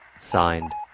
Signed